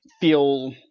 feel